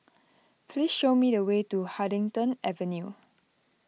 please show me the way to Huddington Avenue